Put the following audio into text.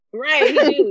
Right